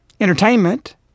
entertainment